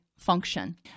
function